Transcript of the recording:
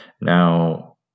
Now